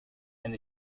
and